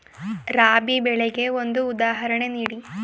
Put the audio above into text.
ರಾಬಿ ಬೆಳೆಗೆ ಒಂದು ಉದಾಹರಣೆ ನೀಡಿ